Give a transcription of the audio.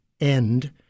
end